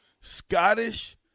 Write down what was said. Scottish